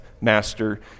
master